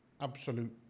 Absolute